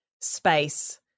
space